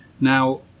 Now